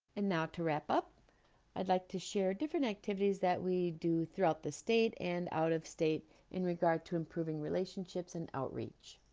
and now to wrap up i'd like to share different activities that we do throughout the state and out of state in regard to improving relationships and outreach